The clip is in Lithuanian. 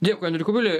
dėkui andriui kubiliui